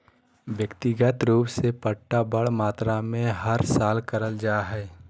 व्यक्तिगत रूप से पट्टा बड़ मात्रा मे हर साल करल जा हय